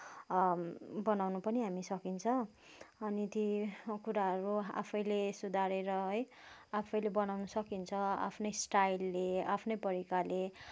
बनाउन पनि हामी सकिन्छ अनि ती कुराहरू आफैले सुधारेर है आफैले बनाउन सकिन्छ आफ्नै स्टाइलले आफ्नै परिकारले